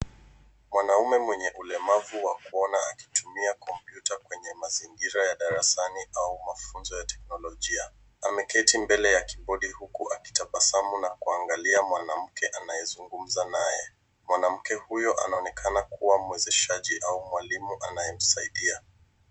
Mwanaume mwenye ulemavu wa kuona akitumia kompyuta kwenye mazingira ya darasani au mafunzo ya teknolojia, ameketi mbele ya kibodi huku akitabasamu na kuangalia mwanamke anayezungumza naye. Mwanamke huyo anaonekana kuwa mwezeshaji au mwalimu anyemsaidia.